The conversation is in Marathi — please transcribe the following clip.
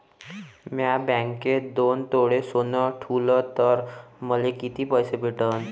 म्या बँकेत दोन तोळे सोनं ठुलं तर मले किती पैसे भेटन